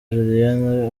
julienne